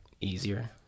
easier